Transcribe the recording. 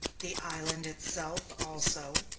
the island itself, also,